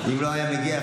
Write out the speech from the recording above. אם הוא לא היה מגיע,